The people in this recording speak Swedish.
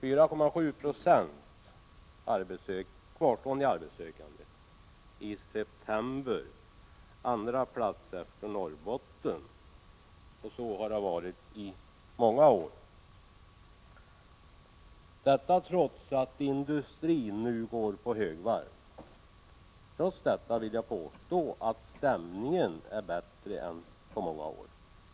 Trots att industrin nu går på högvarv hade vi i september i år 4,7 Io kvarstående arbetssökande — det är andra plats efter Norrbotten. Så har det varit i många år. Trots detta vill jag påstå att stämningen är bättre än på många år.